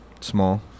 small